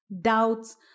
doubts